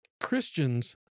Christians